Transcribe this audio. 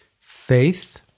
faith